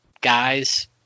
guys